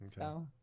Okay